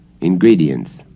ingredients